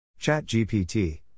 ChatGPT